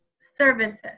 services